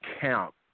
count